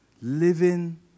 Living